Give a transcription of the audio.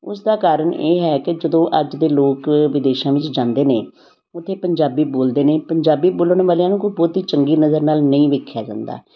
ਉਸ ਦਾ ਕਾਰਨ ਇਹ ਹੈ ਕਿ ਜਦੋਂ ਅੱਜ ਦੇ ਲੋਕ ਵਿਦੇਸ਼ਾਂ ਵਿੱਚ ਜਾਂਦੇ ਨੇ ਉੱਥੇ ਪੰਜਾਬੀ ਬੋਲਦੇ ਨੇ ਪੰਜਾਬੀ ਬੋਲਣ ਵਾਲਿਆਂ ਨੂੰ ਕੋਈ ਬਹੁਤੀ ਚੰਗੀ ਨਜ਼ਰ ਨਾਲ ਨਹੀਂ ਵੇਖਿਆ ਜਾਂਦਾ